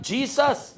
Jesus